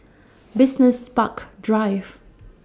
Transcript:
Business Park Drive